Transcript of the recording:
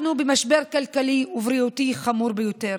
אנחנו במשבר כלכלי ובריאותי חמור ביותר.